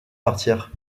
partir